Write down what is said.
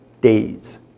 days